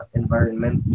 environment